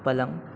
पलंग